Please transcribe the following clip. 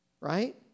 right